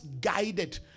guided